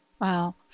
Wow